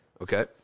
Okay